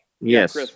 Yes